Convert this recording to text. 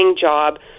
job